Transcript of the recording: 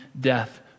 death